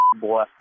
boy